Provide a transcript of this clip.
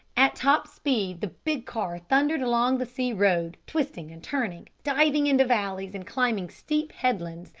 at top speed the big car thundered along the sea road, twisting and turning, diving into valleys and climbing steep headlands,